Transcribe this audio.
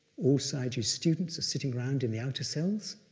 all sayagyi's students are sitting around in the outer cells.